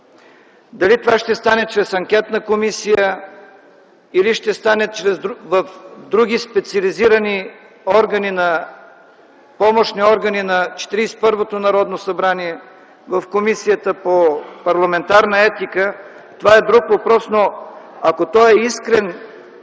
Дали това ще стане чрез анкетна комисия, или ще стане в други специализирани помощни органи на 41-то Народно събрание, в Комисията по парламентарна етика, това е друг въпрос, но ако той е искрен,